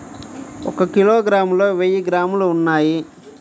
ఒక కిలోగ్రామ్ లో వెయ్యి గ్రాములు ఉన్నాయి